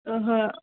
ओहो